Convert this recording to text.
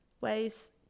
ways